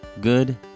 Good